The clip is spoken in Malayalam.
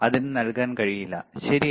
അതിന് നൽകാൻ കഴിയില്ല ശരിയാണ്